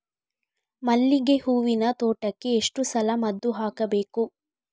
ಮಲ್ಲಿಗೆ ಹೂವಿನ ತೋಟಕ್ಕೆ ಎಷ್ಟು ಸಲ ಮದ್ದು ಹಾಕಬೇಕು?